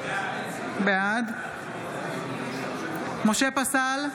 בעד משה פסל,